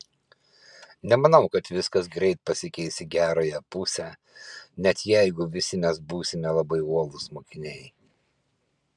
nemanau kad viskas greit pasikeis į gerąją pusę net jeigu visi mes būsime labai uolūs mokiniai